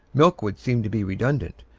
milk would seem to be redundant,